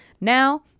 Now